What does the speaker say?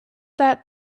that